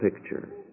picture